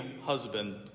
husband